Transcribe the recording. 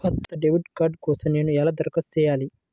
కొత్త debit card కోసం నేను ఎలా దరఖాస్తు చేయాలి?